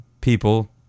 people